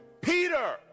Peter